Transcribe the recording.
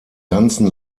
ganzen